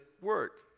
work